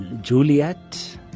Juliet